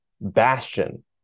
bastion